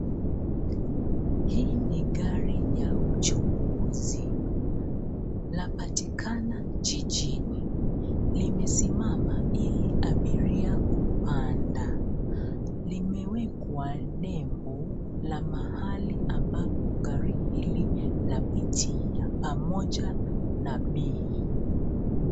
Hii ni gari ya uchukuzi. Lapatikana jijini. Limesimama ili abiria kupanda. Limewekwa nembo la mahali ambapo gari hili lapitia pamoja na bei.